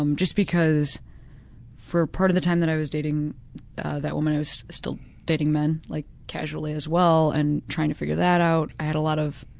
um just because for a part of the time that i was dating that woman i was still dating men like casually as well and trying to figure that out. i had a lot of